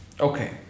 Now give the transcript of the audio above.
okay